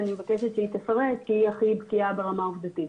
אני מבקשת שהיא תפרט כי היא הכי בקיאה ברמה העובדתית.